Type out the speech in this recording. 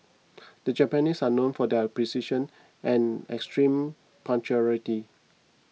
the Japanese are known for their precision and extreme punctuality